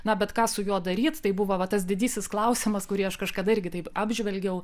na bet ką su juo daryt tai buvo va tas didysis klausimas kurį aš kažkada irgi taip apžvelgiau